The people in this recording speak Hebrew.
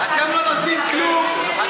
אתם לא נותנים כלום.